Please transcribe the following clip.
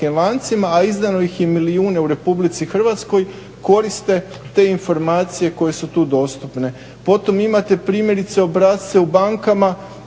a izdano ih je milijune u RH, koriste te informacije koje su tu dostupne. Potom imate primjerice obrasce u bankama